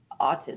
autism